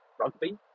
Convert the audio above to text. rugby